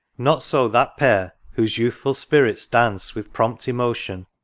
not so that pair whose youthful spirits dance with prompt emotion,